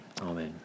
Amen